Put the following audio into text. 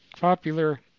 popular